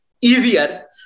easier